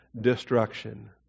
destruction